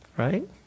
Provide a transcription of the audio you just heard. Right